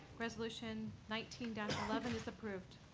resolution nineteen eleven was approved.